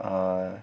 err